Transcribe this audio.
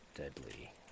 deadly